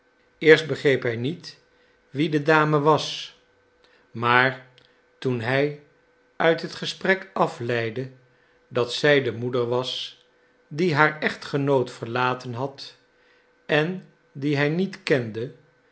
eerst begreep hij niet wie de dame was maar toen hij uit het gesprek afleidde dat zij de moeder was die haar echtgenoot verlaten had en die hij niet kende